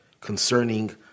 concerning